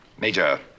Major